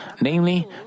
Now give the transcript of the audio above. Namely